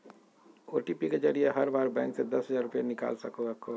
OTP के जरिए हर बार बैंक से दस हजार रुपए निकाल सको हखो